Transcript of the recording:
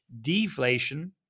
deflation